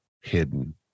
hidden